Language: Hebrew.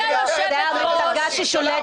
תנו בבקשה לחבר הכנסת זוהר לסיים את דבריו,